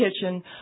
kitchen